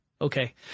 Okay